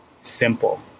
simple